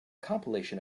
compilation